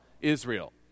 Israel